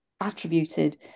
attributed